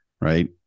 Right